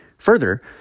Further